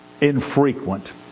infrequent